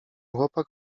chłopak